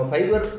Fiber